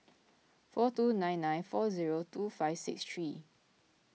four two nine nine four zero two five six three